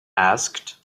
asked